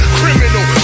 criminal